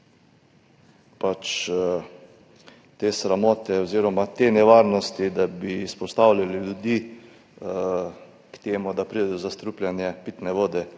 pač te sramote oziroma te nevarnosti, da bi izpostavljali ljudi, da pride do zastrupljanja pitne vode,